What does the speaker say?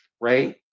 right